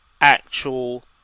actual